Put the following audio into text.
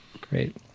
great